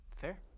Fair